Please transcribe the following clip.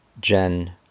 Jen